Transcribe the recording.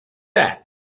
that